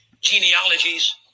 genealogies